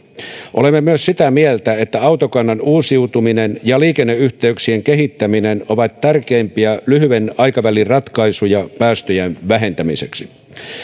olemme myös sitä mieltä että autokannan uusiutuminen ja liikenneyhteyksien kehittäminen ovat tärkeimpiä lyhyen aikavälin ratkaisuja päästöjen vähentämiseksi